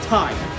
time